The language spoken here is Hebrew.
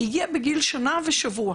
היא הגיעה בגיל שנה ושבוע.